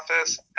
office